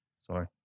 Sorry